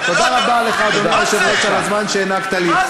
תודה רבה לך, אדוני היושב-ראש, על הזמן שהענקת לי.